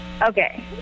Okay